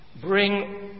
bring